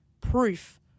proof